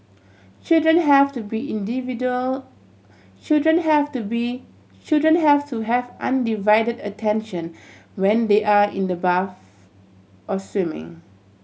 children have to be individual children have to be children have to have undivided attention when they are in the bath or swimming